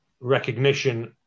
recognition